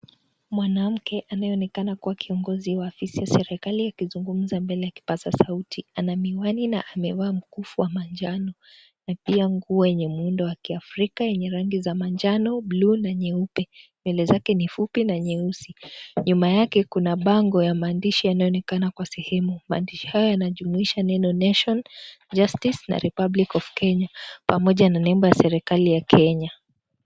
Mwanamke anayeonekana kuwa kiongozi wa afisa serikali akizungumza mbele ya kipaza sauti. Ana miwani na amevaa mkufu wa manjano na pia nguo yenye muundo wa kiafrika yenye rangi za manjano, bluu na nyeupe. Nywele zake ni fupi na nyeusi. Nyuma yake kuna bango ya maandishi yanayoonekana kwa sehemu. Maandishi haya yanajumuisha neno " Nation, Justice na Republic of Kenya " pamoja na nembo ya serikali ya Kenya.